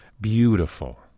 Beautiful